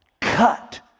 cut